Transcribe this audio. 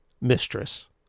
mistress